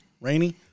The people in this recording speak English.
Rainy